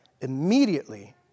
immediately